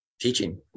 teaching